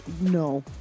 no